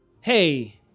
Hey